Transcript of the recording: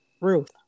Ruth